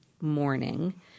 morning